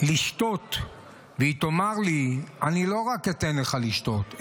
לשתות תאמר לי: אני לא רק אתן לך לשתות,